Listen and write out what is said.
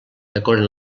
decoren